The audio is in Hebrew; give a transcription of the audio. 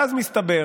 ואז מסתבר